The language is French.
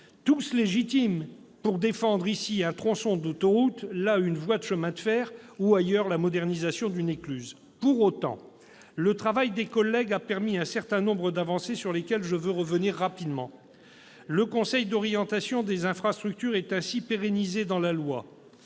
tous légitimes, pour défendre, ici, un tronçon d'autoroutes, là, une voie de chemin de fer, ailleurs, la modernisation d'une écluse. Pour autant, le travail de nos collègues a permis un certain nombre d'avancées, sur lesquelles je veux rapidement revenir. Ainsi, le Conseil d'orientation des infrastructures est pérennisé. La